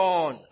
on